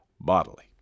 bodily